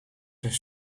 zijn